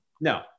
No